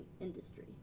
industry